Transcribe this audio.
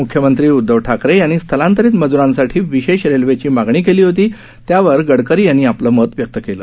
म्ख्यमंत्री उद्धव ठाकरे यांनी स्थलांतरित मज्रांसाठी विशेष रेल्वेची मागणी केली होती त्यावर गडकरी यांनी आपलं मत व्यक्त केलं